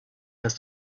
ist